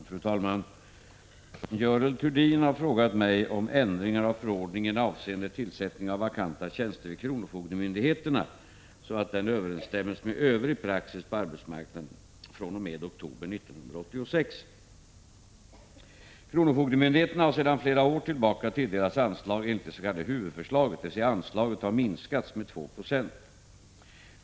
Fru talman! Görel Thurdin har frågat mig om ändring av förordningen avseende tillsättning av vakanta tjänster vid kronofogdemyndigheterna så att denna överensstämmer med övrig praxis på arbetsmarknaden fr.o.m. oktober 1986. Kronofogdemyndigheterna har sedan flera år tillbaka tilldelats anslag enligt det s.k. huvudförslaget, dvs. anslaget har minskats med 2 96.